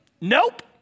Nope